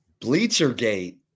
Bleachergate